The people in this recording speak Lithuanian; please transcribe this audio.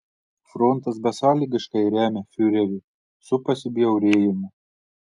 frontas besąlygiškai remia fiurerį su pasibjaurėjimu